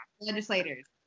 legislators